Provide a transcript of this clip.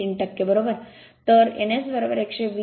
3 बरोबर ns 120 fP